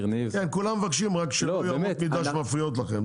כולם מבקשים רק לגבי אמות מידה שמפריעות לכם,